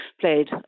played